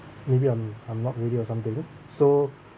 maybe I'm I'm not ready or something so